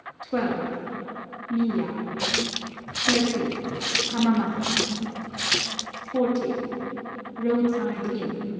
twelve miya thirteen hamamatsu fourteen roadside inn